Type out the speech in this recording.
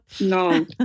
No